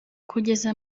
kugeza